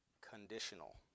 conditional